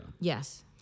Yes